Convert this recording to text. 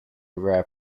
rare